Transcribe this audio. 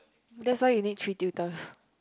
that's why you need three tutors